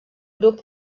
grup